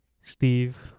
Steve